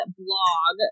blog